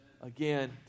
again